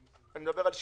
אני מדבר על שחלופים.